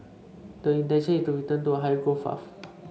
the intention is to return to a higher growth path